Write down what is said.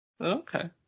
Okay